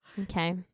Okay